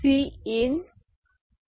B CinA'